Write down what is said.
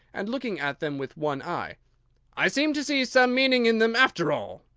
and looking at them with one eye i seem to see some meaning in them after all.